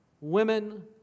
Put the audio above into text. women